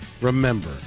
remember